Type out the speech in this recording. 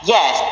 Yes